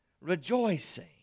Rejoicing